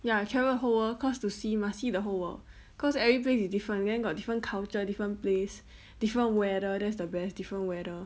ya travel the whole world cause to see must see the whole world cause every place is different then got different culture different place different weather that's the best different weather